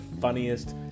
funniest